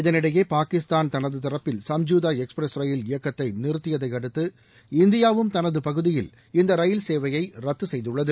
இதனிடையே பாகிஸ்தான் தனது தரப்பில் சும்ஜுதா எக்ஸ்பிரஸ் ரயில் இயக்கத்தை நிறுத்தியதை அடுத்து இந்தியாவும் தனது பகுதியில் இந்த ரயில் சேவையை ரத்து செய்துள்ளது